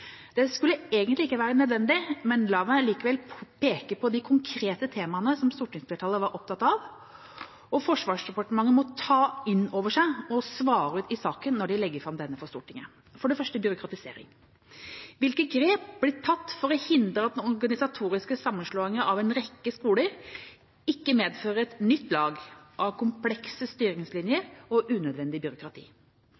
Det skulle egentlig ikke være nødvendig, men la meg likevel peke på de konkrete temaene stortingsflertallet var opptatt av, og som Forsvarsdepartementet må ta inn over seg og svare på i saken når den skal legges fram for Stortinget: For det første, byråkratisering: Hvilke grep blir tatt for å hindre at den organisatoriske sammenslåingen av en rekke skoler ikke medfører et nytt lag av komplekse styringslinjer